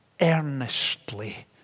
earnestly